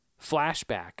Flashback